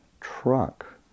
truck